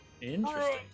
Interesting